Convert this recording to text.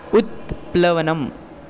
उत्प्लवनम्